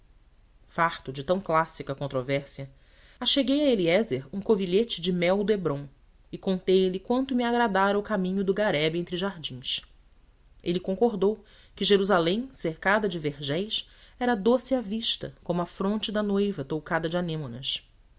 farto de tão clássica controvérsia acheguei a eliézer um covilhete de mel do hébron e conteilhe quanto me agradara o caminho do garebe entre jardins ele concordou que jerusalém cercada de vergéis era doce à vista como a fronte da noiva toucada de